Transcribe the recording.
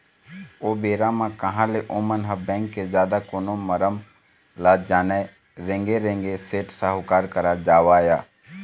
ओ बेरा म कहाँ ले ओमन ह बेंक के जादा कोनो मरम ल जानय रेंगे रेंगे सेठ साहूकार करा जावय